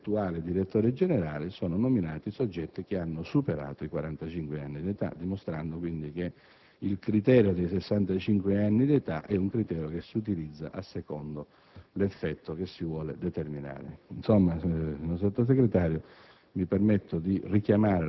Tra la nomina degli attuali direttori generali sono nominati soggetti che hanno superato i 65 anni di età, dimostrando che il criterio dei 65 anni di età è un criterio che si utilizza a secondo dell'effetto che si vuole determinare. Insomma, Sottosegretario,